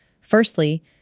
Firstly